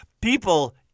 people